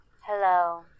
Hello